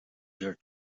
your